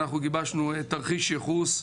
אנחנו גיבשנו תרחיש ייחוס,